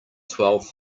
twelve